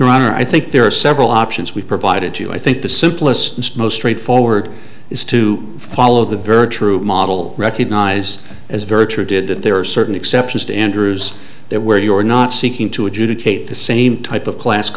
your honor i think there are several options we provided you i think the simplest most straightforward is to follow the virtue of model recognize as virtue did that there are certain exceptions to andrews that where you are not seeking to adjudicate the same type of class